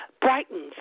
brightens